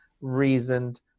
reasoned